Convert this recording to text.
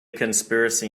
conspiracy